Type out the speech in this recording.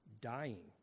dying